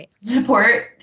support